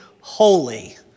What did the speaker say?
holy